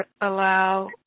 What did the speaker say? allow